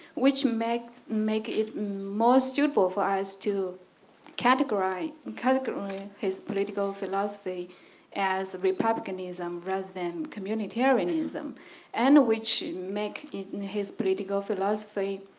which make make it more suitable for us to category and category his political philosophy as republicanism rather than communitarianism and which make it in his political philosophy